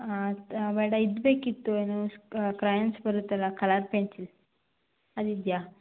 ಹಾಂ ಅದು ಅವೇಡ ಇದು ಬೇಕಿತ್ತು ಏನು ಸ್ಕ ಕ್ರಯನ್ಸ್ ಬರುತ್ತಲ್ಲ ಕಲರ್ ಪೆನ್ಸಿಲ್ ಅದಿದೆಯಾ